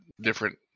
different